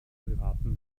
privaten